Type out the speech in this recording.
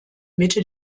mitte